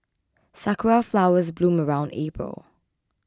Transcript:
sakura flowers bloom around April